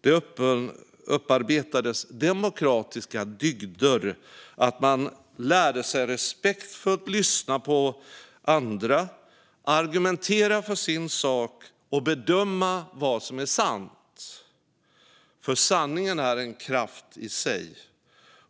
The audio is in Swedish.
Det upparbetades demokratiska dygder - att man lärde sig att respektfullt lyssna på andra, argumentera för sin sak och bedöma vad som var sant. För sanningen är en kraft i sig.